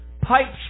Pipes